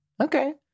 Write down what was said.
Okay